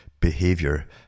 Behavior